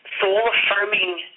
soul-affirming